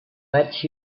bet